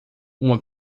uma